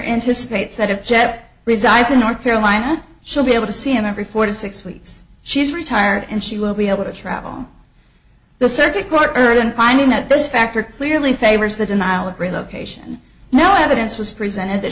anticipates that a jet resides in north carolina she'll be able to see him every four to six weeks she is retired and she will be able to travel the circuit court heard and finding that this factor clearly favors the denial of relocation no evidence was presented that